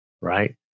right